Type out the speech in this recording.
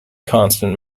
constant